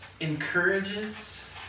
encourages